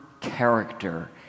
character